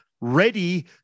ready